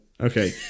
Okay